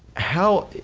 how,